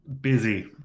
busy